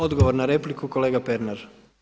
Odgovor na repliku kolega Pernar.